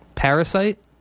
Parasite